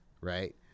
Right